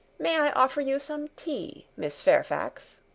may i offer you some tea, miss fairfax?